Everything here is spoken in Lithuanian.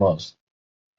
šeimos